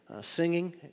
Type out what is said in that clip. singing